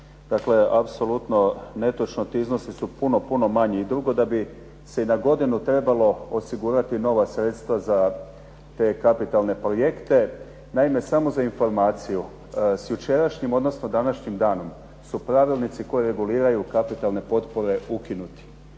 dakle apsolutno netočno. Ti iznosi su puno, puno manji. I drugo, da bi se i na godinu trebalo osigurati nova sredstva za te kapitalne projekte. Naime, samo za informaciju, s jučerašnjim odnosno današnjim danom su pravilnici koji reguliraju kapitalne potpore ukinuti,